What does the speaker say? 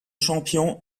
champion